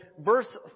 verse